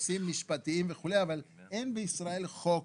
נושאים משפטיים וכו', אבל אין בישראל חוק